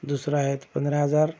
दुसरा आहे पंधरा हजार